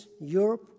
Europe